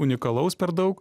unikalaus per daug